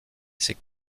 ses